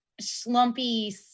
slumpy